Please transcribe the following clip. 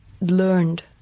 learned